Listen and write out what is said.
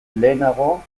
lehenago